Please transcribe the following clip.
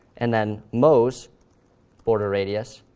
and then moz border radius